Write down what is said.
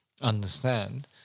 understand